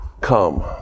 come